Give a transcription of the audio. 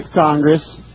Congress